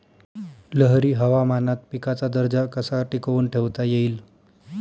लहरी हवामानात पिकाचा दर्जा कसा टिकवून ठेवता येईल?